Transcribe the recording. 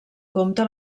compte